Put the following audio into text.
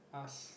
ask